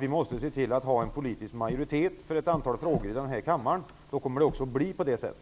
Vi måste alltså se till att det finns en politisk majoritet för ett antal frågor i den här kammaren. Det är, som sagt,